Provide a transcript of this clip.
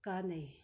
ꯀꯥꯟꯅꯩ